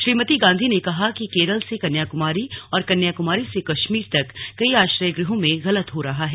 श्रीमती गांधी ने कहा कि केरल से कन्याकुमारी और कन्याकुमारी से कश्मीर तक कई आश्रयगुहों में गलत हो रहा है